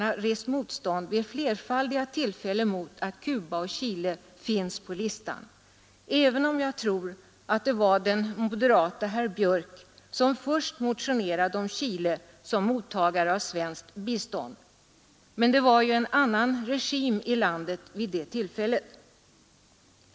Vi vet att moderaterna vid flerfaldiga tillfällen rest motstånd mot att Cuba och Chile finns med på listan, även om jag tror att det var den moderate herr Björck i Nässjö som först motionerade om Chile som mottagare av svenskt bistånd. Men det var ju en annan regim i landet vid det tillfället.